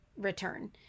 return